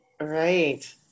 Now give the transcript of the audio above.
Right